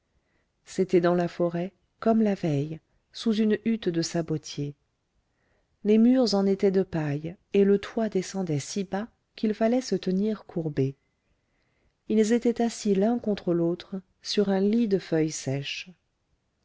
c'était dans la forêt comme la veille sous une hutte de sabotiers les murs en étaient de paille et le toit descendait si bas qu'il fallait se tenir courbé ils étaient assis l'un contre l'autre sur un lit de feuilles sèches